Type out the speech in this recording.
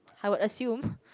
I would assume